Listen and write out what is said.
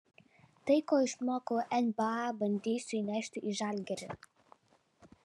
tai ko išmokau nba bandysiu įnešti į žalgirį